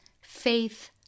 faith